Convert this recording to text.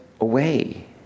away